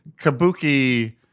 kabuki